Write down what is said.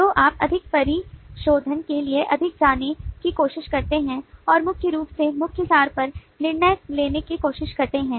तो आप अधिक परिशोधन के लिए अधिक जाने की कोशिश करते हैं और मुख्य रूप से मुख्य सार पर निर्णय लेने की कोशिश करते हैं